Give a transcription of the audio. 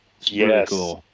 Yes